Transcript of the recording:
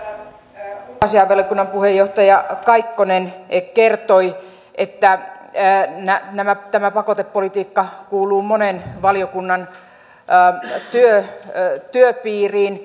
täällä ulkoasiainvaliokunnan puheenjohtaja kaikkonen kertoi että tämä pakotepolitiikka kuuluu monen valiokunnan työn piiriin